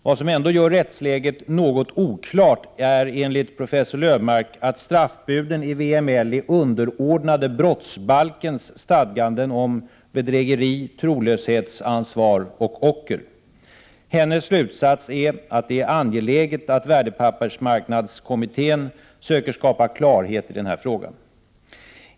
Vad som ändå gör rättsläget något oklart är, enligt professor Löfmarck, att straffbudeni VML är underordnade brottsbalkens stadganden om bedrägeri, trolöshetsansvar och ocker. Hennes slutsats är att det är angeläget att värdepappersmarknadskommittén söker skapa klarhet i den här frågan.